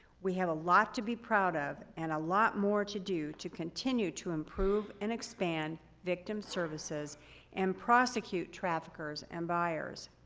we have a lot to be proud of and a lot more to do to continue to improve and expand victim services and prosecute traffickers and buyers.